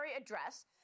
address